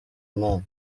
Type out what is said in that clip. imana